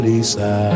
Lisa